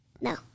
No